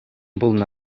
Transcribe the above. пулнӑ